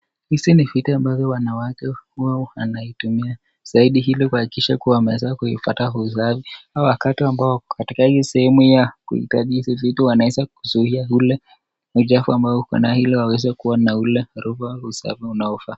Hizi ni vitu ambazo wanawake uwa wanaitumia, zaidi ili kuakikisha kuwa wameweza kuipata usafi, au wakati ambao wako hii sehemu ya kukalia hizo vitu wanaweza kuzuia ule, uchafu ambao wakona ili waweze kuwa na ule harufu au usafi unaofaa.